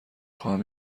خواهم